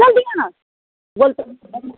बोल दिए ना